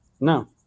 no